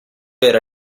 era